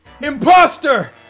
Imposter